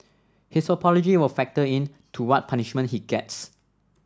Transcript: his apology will factor in to what punishment he gets